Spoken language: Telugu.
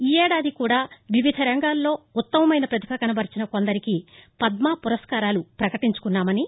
ఈ ఏడాది కూడా వివిధ రంగాల్లో ఉత్తమమైన పతిభ కనబర్చిన కొందరికి పద్మ పురస్కారాలు పకటించుకున్నామని